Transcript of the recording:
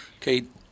Kate